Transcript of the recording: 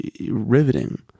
riveting